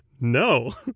no